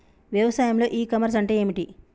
వ్యవసాయంలో e commerce అంటే ఏమిటి?